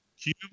Cube